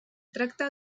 tracta